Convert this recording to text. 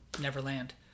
Neverland